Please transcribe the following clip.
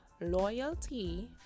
loyalty